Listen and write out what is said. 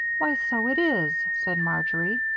why, so it is, said marjory.